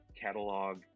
catalog